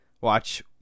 Watch